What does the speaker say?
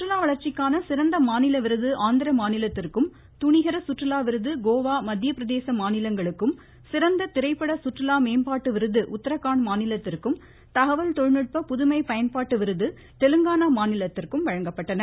சுற்றுலா வளர்ச்சிக்கான சிறந்த மாநில விருது ஆந்திர மாநிலத்திற்கும் துணிகர சுற்றுலா விருது கோவா மத்திய பிரதேச மாநிலங்களுக்கும் சிறந்த திரைப்பட சுற்றுலா மேம்பாட்டு விருது உத்தரகாண்ட் மாநிலத்திற்கும் தகவல் தொழில்நுட்ப புதுமை பயன்பாட்டு விருது தெலங்கானா மாநிலத்திற்கும் வழங்கப்பட்டன